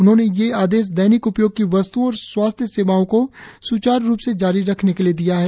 उन्होंने ये आदेश दैनिक उपयोग की वस्त्ओं और स्वास्थ्य सेवाओं को स्चारु रुप से जारी रखने के लिए दिया है